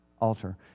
altar